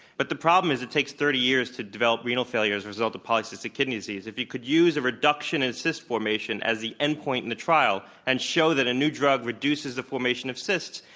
but the problem is it takes thirty years to develop renal failure as a result of polycystic kidney disease. if you could use a reduction in cyst formation as the endpoint in the trial and show that a new drug reduces the formation of cysts,